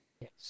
yes